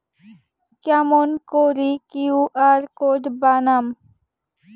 কেমন করি QR code বানাম?